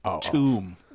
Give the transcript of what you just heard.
tomb